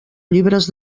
llibres